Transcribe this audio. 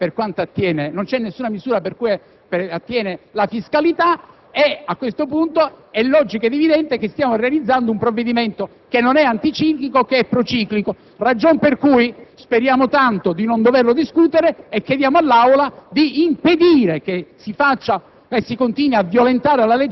corrente e non c'è alcuna misura per quanto attiene alla fiscalità. A questo punto è logico ed evidente che stiamo realizzando un provvedimento che non è anticiclico ma è prociclico, ragion per cui speriamo tanto di non doverlo discutere e chiediamo all'Aula